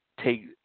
take